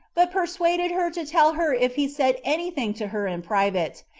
but persuaded her to tell her if he said any thing to her in private,